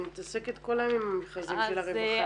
אני מתעסקת כל היום עם מכרזים של הרווחה.